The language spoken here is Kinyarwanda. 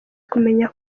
kumenya